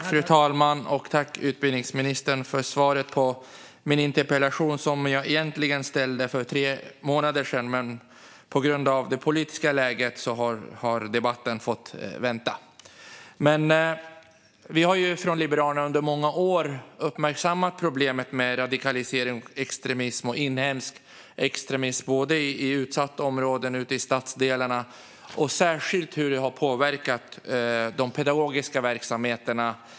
Fru talman! Tack, utbildningsministern, för svaret på min interpellation! Jag ställde den egentligen för tre månader sedan, men på grund av det politiska läget har debatten fått vänta. Liberalerna har under många år uppmärksammat problemet med radikalisering, extremism och inhemsk extremism i både utsatta områden och stadsdelarna. Det gäller särskilt hur det har påverkat de pedagogiska verksamheterna.